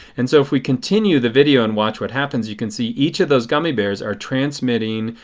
and so if we continue the video and watch what happens you can see each of those gummy bears are transmitting,